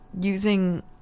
using